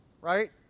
Right